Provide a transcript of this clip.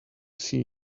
see